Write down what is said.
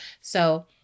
So-